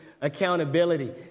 accountability